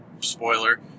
spoiler